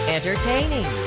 Entertaining